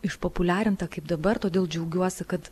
išpopuliarinta kaip dabar todėl džiaugiuosi kad